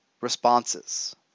responses